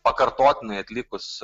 pakartotinai atlikus